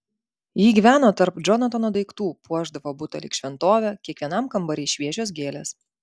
ji gyveno tarp džonatano daiktų puošdavo butą lyg šventovę kiekvienam kambary šviežios gėlės